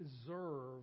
deserve